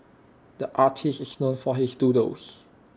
the artist is known for his doodles